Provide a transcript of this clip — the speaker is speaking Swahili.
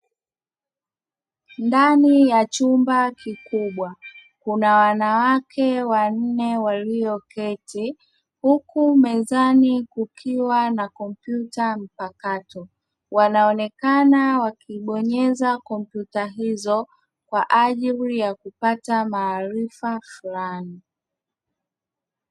Ndani ya chumba kikubwa kuna wanawake wanne walioketi, huku mezani kukiwa na kompyuta mpakato, wanaonekana wakibonyeza kompyuta hizo, kwa ajili ya kupata maarifa fulani.